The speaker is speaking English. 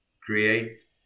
create